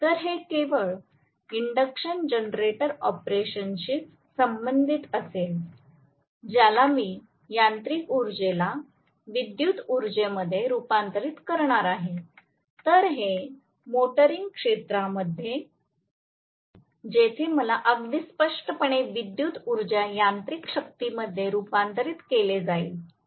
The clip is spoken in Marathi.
तर हे केवळ इंडक्शन जनरेटर ऑपरेशनशीच संबंधित असेल जिथे मी यांत्रिकी उर्जाला विद्युत उर्जेमध्ये रुपांतरित करणार आहे तर हे मोटारिंग क्षेत्रामध्ये होते जिथे मला अगदी स्पष्टपणे विद्युत उर्जा यांत्रिक शक्तीमध्ये रूपांतरित केले जाईल